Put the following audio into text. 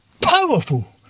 powerful